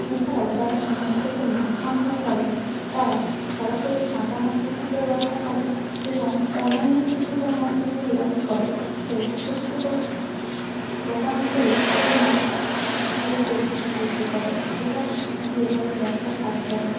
এছাড়াও যারা সমুদ্র থেকে মাছ সংগ্রহ করে তারা সরাসরি কাঁচা মাছ বিক্রি করেও ব্যবসা করে এবং অন্যান্য কিছু জন মৎস্যজীবীরা কী করে এই ছোটো ছোটো দোকান খুলে সেই মাছ ভেজে বিক্রি করে যেটা দিয়ে তাদের ব্যবসার কাজ চলে